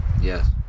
Yes